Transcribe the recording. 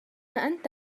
أنت